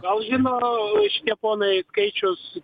gal žino šitie ponai skaičius